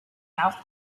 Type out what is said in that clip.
south